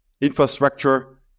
infrastructure